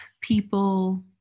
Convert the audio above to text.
people